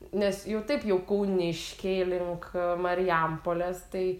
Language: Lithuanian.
nes jau taip jau kauniškiai link marijampolės tai